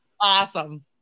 Awesome